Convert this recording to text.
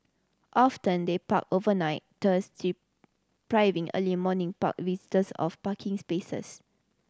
often they park overnight thus depriving early morning park visitors of parking spaces